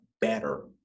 better